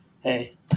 Hey